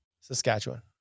Saskatchewan